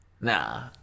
Nah